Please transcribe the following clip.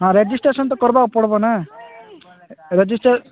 ହଁ ରେଜିଷ୍ଟ୍ରେସନ ତ କରିବାକୁ ପଡ଼ିବ ନା ରେଜିଷ୍ଟ୍ରେସନ୍